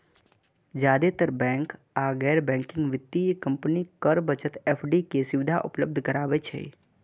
जादेतर बैंक आ गैर बैंकिंग वित्तीय कंपनी कर बचत एफ.डी के सुविधा उपलब्ध कराबै छै